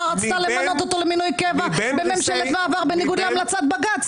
רצתה למנות אותו למינוי קבע בממשלת מעבר בניגוד להמלצת בג"ץ?